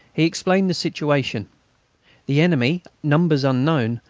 he explained the situation the enemy, numbers unknown,